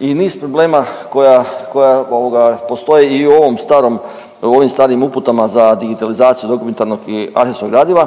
i niz problema koja, koja ovoga postoje i u ovom starom, ovim starim uputama za digitalizaciju dokumentarnog i arhivskog gradiva.